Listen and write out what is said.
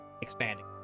expanding